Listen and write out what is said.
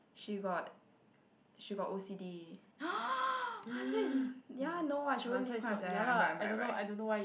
so it's not ya lah I don't know I don't know why you